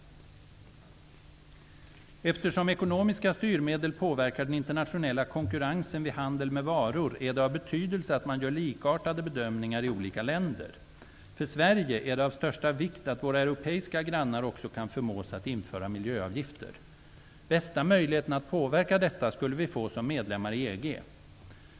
Eftersom ekonomiska styrmedel påverkar den internationella konkurrensen vid handel med varor är det av betydelse att man gör likartade bedömningar i olika länder. För Sverige är det av största vikt att våra europeiska grannar också kan förmås att införa miljöavgifter. Bästa möjligheten att påverka detta skulle vi få som medlemmar i EG.